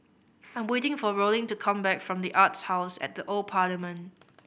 I am waiting for Rollin to come back from The Arts House at the Old Parliament